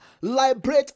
Liberate